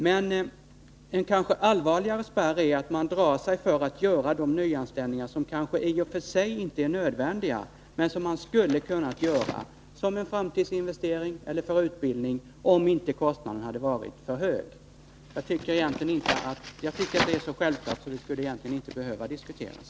Men en kanske allvarligare spärr är att man drar sig för att göra de nyanställningar som kanske i och för sig inte är nödvändiga, men som man skulle kunnat göra som en framtidsinvestering eller för utbildning om inte kostnaden hade varit för hög. Jag tycker att detta är så självklart att det egentligen inte skulle behöva diskuteras.